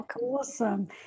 awesome